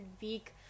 week